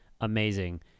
amazing